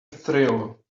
thrill